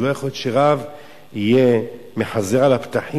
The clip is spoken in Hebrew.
לא יכול להיות שרב יחזר על הפתחים.